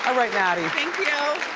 ah right maddy. thank you.